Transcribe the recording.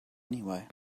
anyway